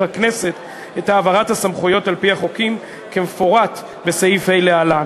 הכנסת את העברת הסמכויות על-פי החוקים כמפורט להלן.